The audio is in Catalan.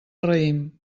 raïm